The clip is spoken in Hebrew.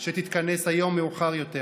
שתתכנס היום מאוחר יותר.